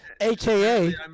aka